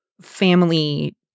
family